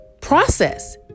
process